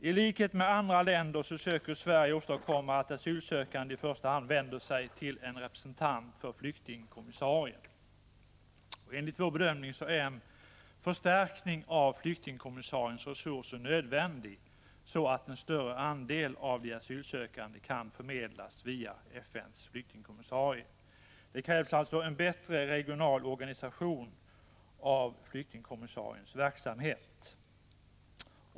I likhet med andra länder söker Sverige åstadkomma att asylsökande i första hand vänder sig till en representant för flyktingkommissarien. Enligt vår bedömning är en förstärkning av flyktingkommissariens resurser nödvändig, så att en större andel av de asylsökande kan förmedlas via FN:s flyktingkommissarie. Det krävs alltså en bättre regional organisation av flyktingkommissariens verksamhet.